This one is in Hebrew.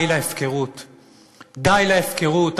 די להפקרות.